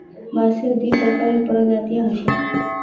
बांसेर दी प्रकारेर प्रजातियां ह छेक